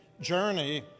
journey